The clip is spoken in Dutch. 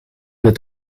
dat